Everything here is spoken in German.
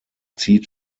zieht